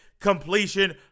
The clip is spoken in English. completion